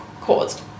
caused